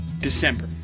December